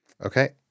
Okay